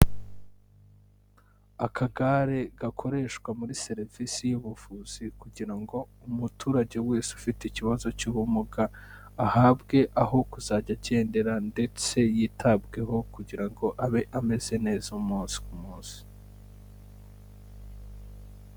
Akagare gakoreshwa muri serivisi y'ubuvuzi kugira ngo umuturage wese ufite ikibazo cy'ubumuga ahabwe aho kuzajya agendera ndetse yitabweho kugira ngo abe ameze neza umunsi ku munsi.